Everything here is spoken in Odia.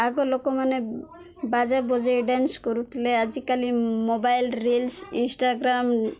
ଆଗ ଲୋକମାନେ ବାଜା ବଜେଇ ଡ୍ୟାନ୍ସ କରୁଥିଲେ ଆଜିକାଲି ମୋବାଇଲ ରିଲ୍ସ ଇଷ୍ଟାଗ୍ରାମ୍